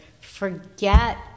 Forget